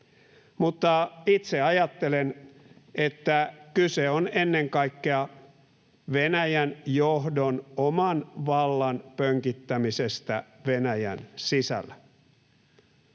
uskoa. Itse ajattelen, että kyse on ennen kaikkea Venäjän johdon oman vallan pönkittämisestä Venäjän sisällä.